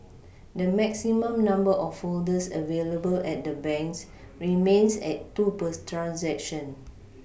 the maximum number of folders available at the banks remains at two per transaction